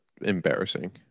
embarrassing